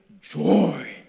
joy